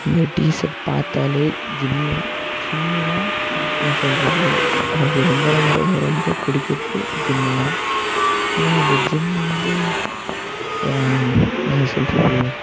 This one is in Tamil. இந்த டிசர்ட் பார்த்தாலே ஜிம்மு ஜிம்முனால் என்ன சொல்கிறது எனக்கு ரொம்ப ரொம்ப ரொம்ப ரொம்ப பிடிக்கிறது ஜிம்மு தான் ஏன்னால் அந்த ஜிம்மு வந்து என்ன சொல்கிறது